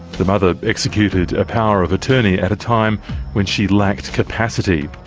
the mother executed a power of attorney at a time when she lacked capacity.